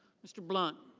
mr. blunt.